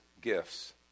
gifts